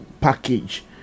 package